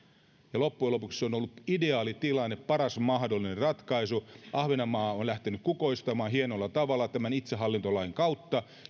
mutta loppujen lopuksi se on ollut ideaalitilanne paras mahdollinen ratkaisu ahvenanmaa on lähtenyt kukoistamaan hienolla tavalla tämän itsehallintolain kautta